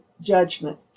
judgment